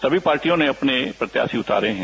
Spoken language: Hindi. सभी पार्टियों ने अपने प्रत्याशी उतारे हैं